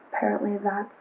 apparently that